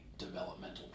developmental